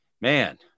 man